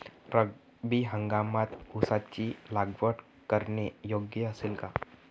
रब्बी हंगामात ऊसाची लागवड करणे योग्य असेल का?